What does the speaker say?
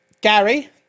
Gary